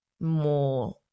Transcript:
more